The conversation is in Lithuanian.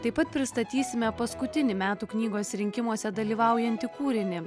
taip pat pristatysime paskutinį metų knygos rinkimuose dalyvaujantį kūrinį